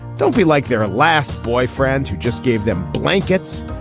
don't be like their last boyfriends who just gave them blankets.